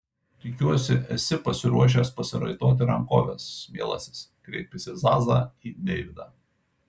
tikiuosi esi pasiruošęs pasiraitoti rankoves mielasis kreipėsi zaza į deividą